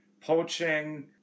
poaching